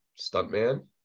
stuntman